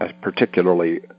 particularly